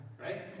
right